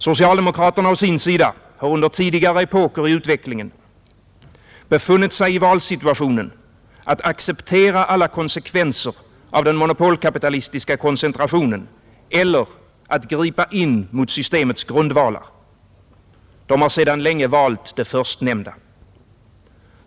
Socialdemokraterna å sin sida har under tidigare epoker i utvecklingen befunnit sig i valsituationen att acceptera alla konsekvenser av den monopolkapitalistiska koncentrationen eller att gripa in mot systemets grundvalar. De har sedan länge valt det förstnämnda.